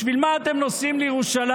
בשביל מה אתם נוסעים לירושלים?